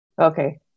Okay